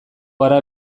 gara